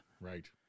Right